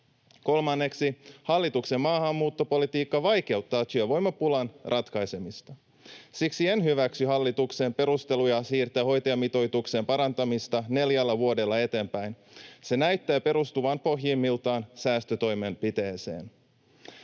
Kolmanneksi, hallituksen maahanmuuttopolitiikka vaikeuttaa työvoimapulan ratkaisemista. Siksi en hyväksy hallituksen perusteluja siirtää hoitajamitoituksen parantamista neljällä vuodella eteenpäin. Se näyttää perustuvan pohjimmiltaan säästötoimenpiteeseen.